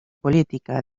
política